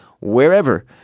Wherever